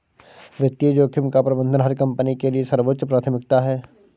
वित्तीय जोखिम का प्रबंधन हर कंपनी के लिए सर्वोच्च प्राथमिकता है